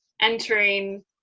entering